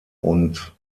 und